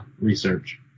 research